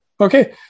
Okay